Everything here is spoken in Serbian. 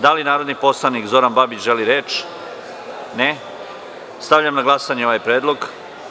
Da li narodni poslanik Zoran Babić, želi reč? (Ne.) Stavljam na glasanje ovaj predlog.